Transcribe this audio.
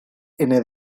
ene